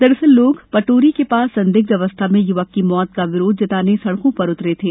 दरअसल लोग पटोरी के पास संदिग्ध अवस्था में युवक की मौत का विरोध जताने सड़क पर उतरे थे